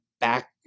back